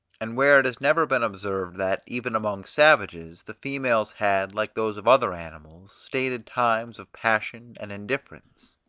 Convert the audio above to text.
and where it has never been observed that, even among savages, the females had, like those of other animals, stated times of passion and indifference,